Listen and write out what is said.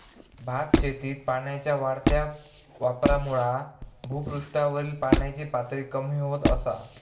भातशेतीत पाण्याच्या वाढत्या वापरामुळा भुपृष्ठावरील पाण्याची पातळी कमी होत असा